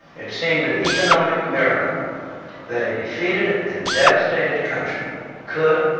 it seemed an economic miracle that a defeated and devastated country could,